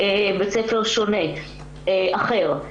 בית ספר שונה, אחר.